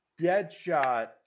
Deadshot